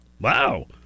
wow